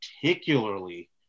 particularly